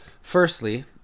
firstly